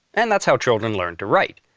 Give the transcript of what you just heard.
and that's how children learned to write.